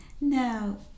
now